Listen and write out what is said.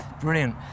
Brilliant